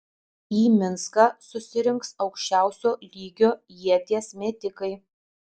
į minską susirinks aukščiausio lygio ieties metikai